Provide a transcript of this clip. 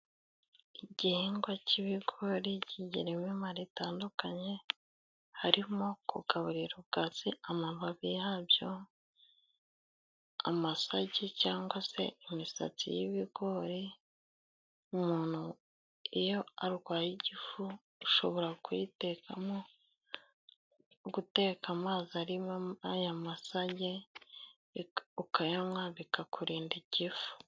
Igihingwa k'ibigori kigira imimaro itandukanye harimo kugaburiro ubwatsi amababi yabyo. Amasage cyangwa se imisatsi y'ibigori umuntu iyo arwaye igifu ushobora kuyitekamo, guteka amazi arimo aya masage ukayanywa bikakurinda igifu.